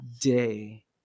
day